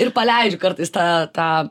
ir paleidžiu kartais tą tą